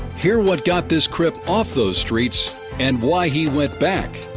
hear what got this crip off those streets and why he went back.